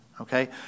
Okay